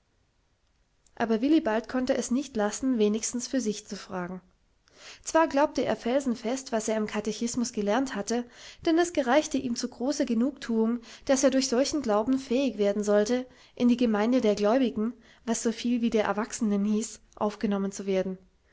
aber willibald konnte es nicht lassen wenigstens für sich zu fragen zwar glaubte er felsenfest was er im katechismus gelernt hatte denn es gereichte ihm zu großer genugthuung daß er durch solchen glauben fähig werden sollte in die gemeinde der gläubigen was so viel wie der erwachsenen hieß aufgenommen zu werden